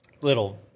little